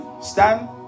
Stand